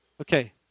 Okay